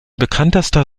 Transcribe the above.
bekanntester